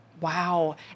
Wow